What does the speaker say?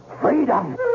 Freedom